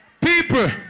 People